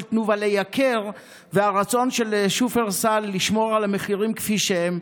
תנובה לייקר והרצון של שופרסל לשמור על המחירים כפי שהם.